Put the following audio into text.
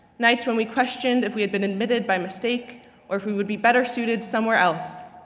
nights when we questioned if we had been admitted by mistake or if we would be better suited somewhere else.